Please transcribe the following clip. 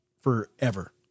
forever